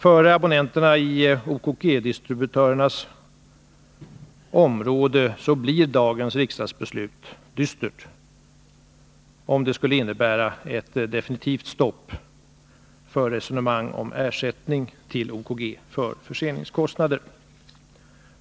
För abonnenterna i OKG-distributörernas område blir dagens riksdagsbeslut dystert, om det innebär ett definitivt stopp för resonemang om ersättning till OKG för förseningskostnader.